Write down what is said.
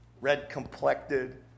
red-complected